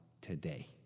today